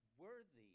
worthy